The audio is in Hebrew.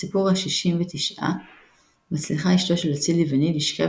בסיפור השישים ותשעה מצליחה אשתו של אציל יווני לשכב